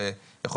כלומר,